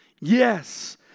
Yes